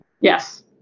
Yes